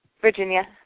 Virginia